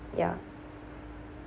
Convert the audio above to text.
ya